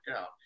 out